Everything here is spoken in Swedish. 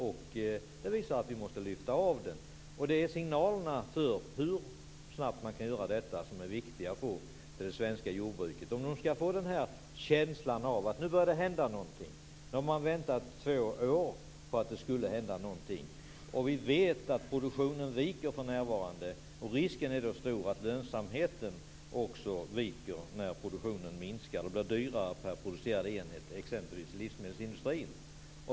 Det är viktigt att få fram signalerna till det svenska jordbruket om hur snabbt det går att göra detta. Jordbruket har väntat två år på att det skall hända någonting. Vi vet att produktionen är vikande. Risken är stor att lönsamheten också viker. T.ex. inom livsmedelsindustrin blir produktionen dyrare per enhet.